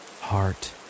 heart